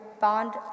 bond